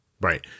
Right